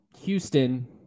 Houston